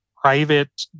private